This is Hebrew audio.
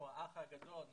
אנחנו האח הגדול,